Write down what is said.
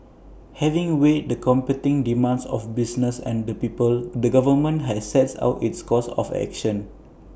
having weighed the competing demands of business and the people the government has set out its course of action